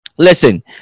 Listen